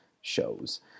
shows